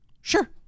sure